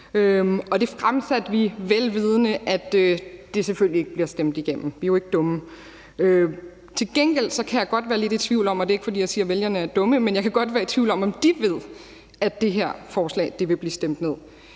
og det fremsatte vi, vel vidende at det selvfølgelig ikke bliver stemt igennem. Vi er jo ikke dumme. Til gengæld kan jeg godt være lidt i tvivl om, om vælgerne – og det er ikke, fordi jeg siger, at vælgerne er dumme – ved, at det her forslag vil blive stemt ned.